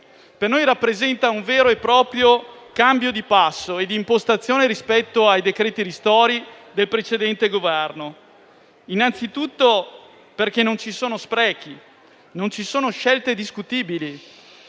Per noi rappresenta un vero e proprio cambio di passo e di impostazione rispetto ai decreti-legge ristori del precedente Governo. Innanzitutto non ci sono sprechi, né scelte discutibili.